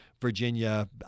Virginia